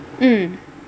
mm